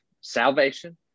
Salvation